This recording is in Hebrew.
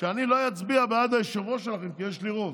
שאני לא אצביע בעד היושב-ראש שלכם, כי יש לי רוב.